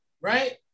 right